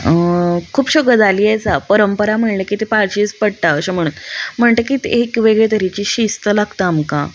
खुबश्यो गजाली आसा परंपरा म्हणलें की ती पाळचीच पडटा अशें म्हणून म्हणटकीच एक वेगळे तरेची शिस्त लागता आमकां